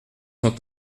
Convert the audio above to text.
sont